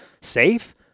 safe